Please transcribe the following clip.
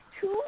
two